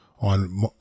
on